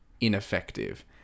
ineffective